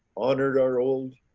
honored our old.